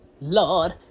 lord